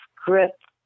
script